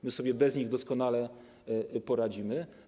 My sobie bez nich doskonale poradzimy.